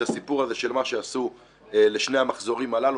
הסיפור של מה שעשו לשני המחזורים הללו,